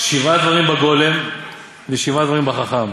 "שבעה דברים בגולם ושבעה דברים בחכם: